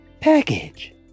package